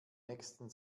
nächsten